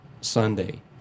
Sunday